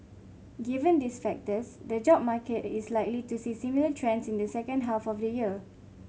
given these factors the job market is likely to see similar trends in the second half of the year